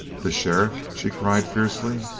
the sheriff she cried fiercely.